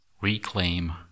Reclaim